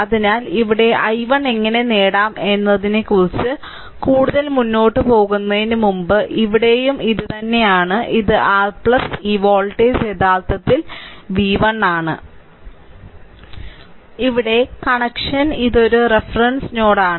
അതിനാൽ ഇവിടെ i1 എങ്ങനെ നേടാം എന്നതിനെക്കുറിച്ച് കൂടുതൽ മുന്നോട്ട് പോകുന്നതിനുമുമ്പ് ഇവിടെയും ഇതുതന്നെയാണ് ഇത് r ഈ വോൾട്ടേജ് യഥാർത്ഥത്തിൽ v1 ഈ വോൾട്ടേജ് v1 ആണ് ഇവിടെ കണക്ഷൻ ഇത് ഒരു റഫറൻസ് നോഡാണ്